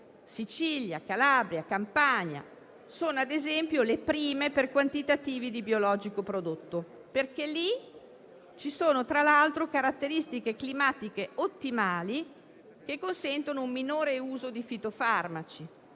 Sicilia, Calabria e Campania, che sono le prime per quantitativi di biologico prodotto, perché lì ci sono tra l'altro caratteristiche climatiche ottimali, che consentono un minore uso di fitofarmaci.